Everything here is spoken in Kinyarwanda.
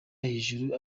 hejuru